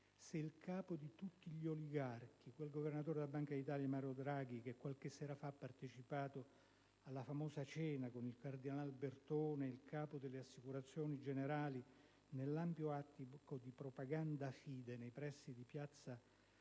se il capo di tutti gli oligarchi, quel governatore della Banca d'Italia Mario Draghi, (che qualche sera fa ha partecipato alla famosa cena con il cardinal Bertone ed il capo delle Assicurazioni Generali nell'ampio attico di Propaganda Fide nei pressi di piazza